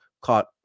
caught